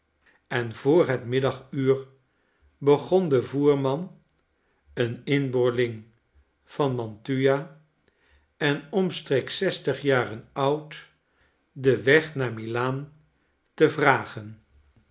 en voor het middaguur begon de voerman een inboorling van mantua en omstreeks zestig jaren oud den weg naar m i a a n te vragen